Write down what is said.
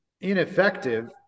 ineffective